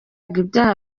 ibyaha